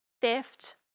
theft